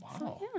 Wow